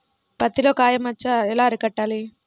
పత్తిలో కాయ మచ్చ ఎలా అరికట్టాలి?